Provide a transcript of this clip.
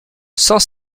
cent